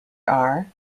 are